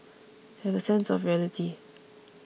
have a sense of reality